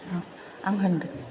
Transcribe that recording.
आं होनगोन